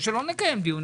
או שלא נקיים דיון.